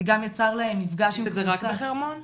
זה רק בחרמון?